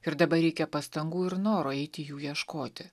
ir dabar reikia pastangų ir noro eiti jų ieškoti